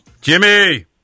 Jimmy